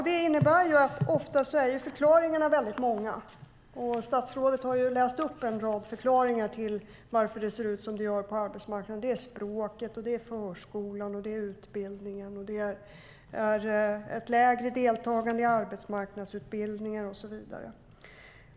Det innebär att förklaringarna ofta är väldigt många, och statsrådet har läst upp en rad förklaringar till att det ser ut som det gör på arbetsmarknaden. Det är språket, förskolan, utbildningen, ett lägre deltagande i arbetsmarknadsutbildningar och så vidare.